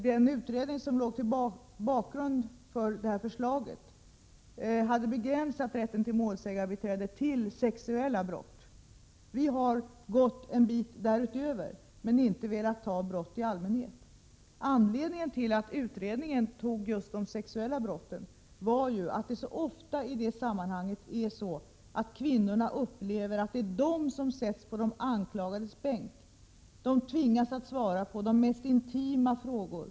Den utredning som låg bakom förslaget hade begränsat rätten till målsägandebiträde till sexuella brott. Vi har gått en bit längre, men har inte velat ta med brott i allmänhet. Anledningen till att utredningen tog just de sexuella brotten var att kvinnorna ofta upplever att de sätts på de anklagades bänk och tvingas svara på de mest intima frågor.